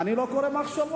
אני לא קורא מחשבות,